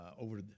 over